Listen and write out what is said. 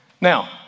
Now